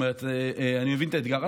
אני מבין את האתגר.